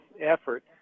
effort